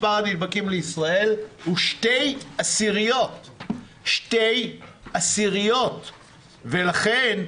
מס' הנדבקים לישראל הוא 0.2%. 0.2%. ולכן,